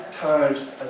times